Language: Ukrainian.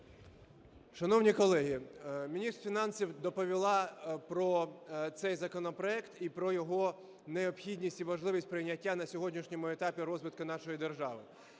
Шановні колеги! Міністр фінансів доповіла про цей законопроект і про його необхідність і важливість прийняття на сьогоднішньому етапі розвитку нашої держави.